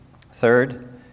Third